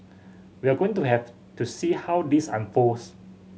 we're going to have to see how this unfolds